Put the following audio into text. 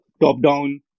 top-down